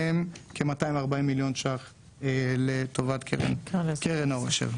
מהם כ-240 מיליון ₪ לטובת קרן העושר.